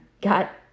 got